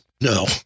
No